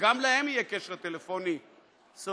שגם להם יהיה קשר טלפוני סלולרי.